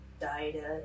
died